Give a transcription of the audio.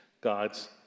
God's